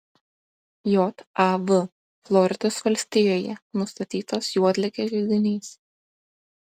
jav floridos valstijoje nustatytas juodligės židinys